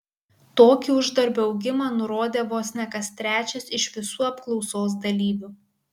tokį uždarbio augimą nurodė vos ne kas trečias iš visų apklausos dalyvių